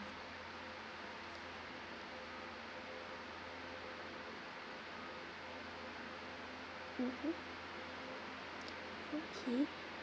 mmhmm okay